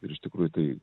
ir iš tikrųjų tai